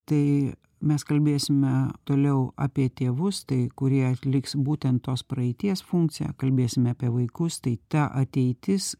tai mes kalbėsime toliau apie tėvus tai kurie atliks būtent tos praeities funkciją kalbėsime apie vaikus tai ta ateitis